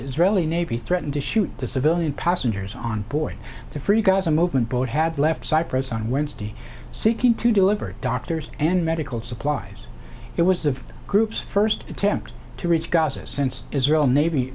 israeli navy threatened to shoot the civilian passengers on board the free gaza movement boat had left cyprus on wednesday seeking to deliver doctors and medical supplies it was the group's first attempt to reach gaza since israel navy